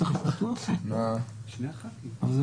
הזה.